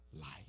life